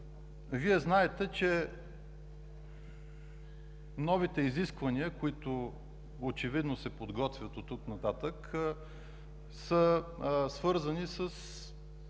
Вие знаете, че новите изисквания, които очевидно се подготвят оттук нататък, са свързани с